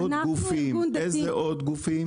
איזה עוד גופים?